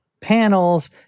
panels